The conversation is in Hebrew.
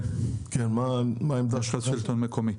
מה העמדה שלך?